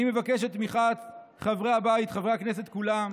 אני מבקש את תמיכת חברי הבית, חברי הכנסת כולם,